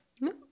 No